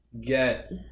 get